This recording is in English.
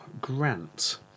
Grant